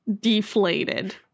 deflated